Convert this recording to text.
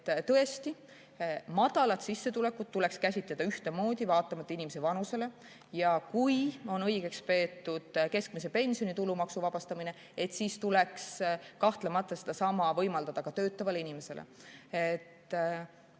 Tõesti, madalat sissetulekut tuleks käsitleda ühtemoodi, vaatamata inimese vanusele. Kui on õigeks peetud keskmise pensioni tulumaksust vabastamist, siis tuleks kahtlemata sedasama võimaldada ka töötavale inimesele.